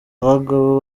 abagabo